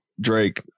Drake